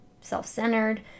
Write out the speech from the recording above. self-centered